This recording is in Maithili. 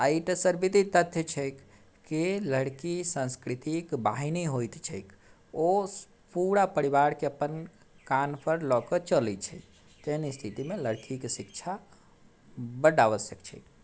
आ ई तऽ सर्वविधित तथ्य छैक कि लड़की संस्कृतिक वाहिनी होइत छैक ओ पूरा परिवारके अपन कान्ह पर लऽके चलैत छै तेहन स्थितिमे लड़कीकेँ शिक्षा बड आवश्यक छै